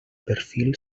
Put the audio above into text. perfil